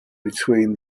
between